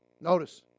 Notice